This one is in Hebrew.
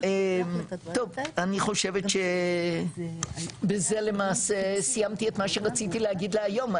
אני חושבת שבזה למעשה סיימתי את מה שרציתי להגיד להיום,